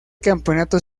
campeonato